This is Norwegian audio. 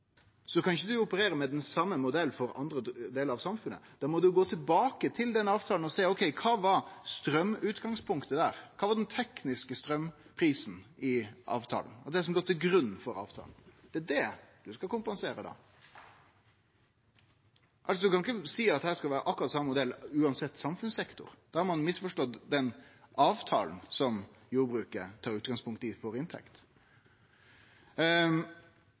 same modellen som for andre delar av samfunnet. Da må ein gå tilbake til avtalen og sjå kva straumutgangspunktet var der, kva som var den tekniske straumprisen i avtalen, og det som låg til grunn for avtalen. Det er det ein skal kompensere da. Ein kan ikkje seie at det skal vere akkurat same modell uansett samfunnssektor. Da har ein misforstått den avtalen som jordbruket tar utgangspunkt i for inntekt.